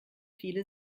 viele